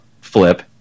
Flip